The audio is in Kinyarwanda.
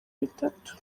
bitatu